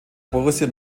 borussia